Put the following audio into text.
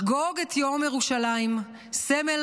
לחגוג את יום ירושלים, סמל